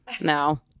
No